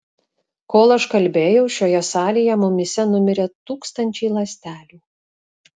kol aš kalbėjau šioje salėje mumyse numirė tūkstančiai ląstelių